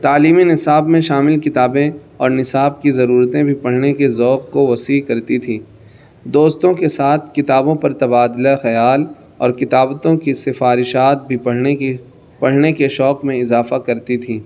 تعلیمی نصاب میں شامل کتابیں اور نصاب کی ضرورتیں بھی پڑھنے کے ذوق کو وسیع کرتی تھیں دوستوں کے ساتھ کتابوں پر تبادلہ خیال اور کتابتوں کی سفارشات بھی پڑھنے کی پڑھنے کے شوق میں اضافہ کرتی تھیں